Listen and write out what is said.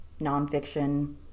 nonfiction